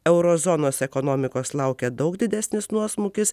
euro zonos ekonomikos laukia daug didesnis nuosmukis